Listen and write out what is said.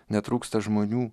netrūksta žmonių